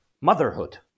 motherhood